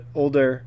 older